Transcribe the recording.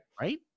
right